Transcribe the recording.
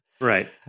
right